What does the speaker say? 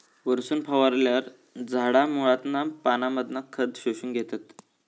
वरसून फवारल्यार झाडा मुळांतना पानांमधना खत शोषून घेतत